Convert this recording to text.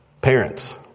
parents